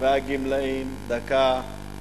דקה.